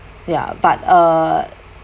ya but uh